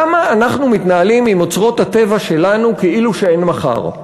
למה אנחנו מתנהלים עם אוצרות הטבע שלנו כאילו שאין מחר?